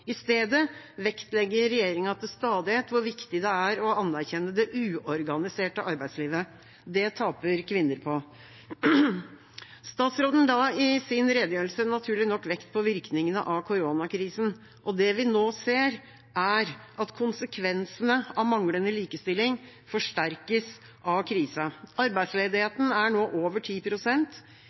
I stedet vektlegger regjeringa til stadighet hvor viktig det er å anerkjenne det uorganiserte arbeidslivet. Det taper kvinner på. Statsråden la i sin redegjørelse naturlig nok vekt på virkningene av koronakrisa. Det vi nå ser, er at konsekvensene av manglende likestilling forsterkes av krisa. Arbeidsledigheten er nå over